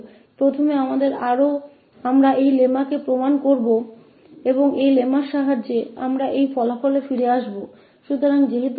तो पहले हम इस लेम्मा को साबित करेंगे और इस लेम्मा की मदद से हम यह परिणाम में वापस आएंगे